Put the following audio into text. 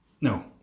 No